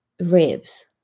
ribs